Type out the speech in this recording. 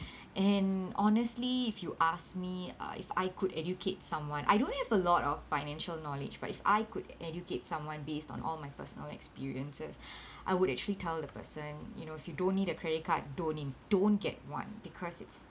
and honestly if you ask me uh if I could educate someone I don't have a lot of financial knowledge but if I could educate someone based on all my personal experiences I would actually tell the person you know if you don't need a credit card don't nee~ don't get one because it's